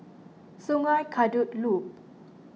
Sungei Kadut Loop